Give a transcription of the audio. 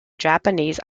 japanese